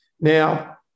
Now